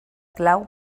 clau